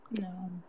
No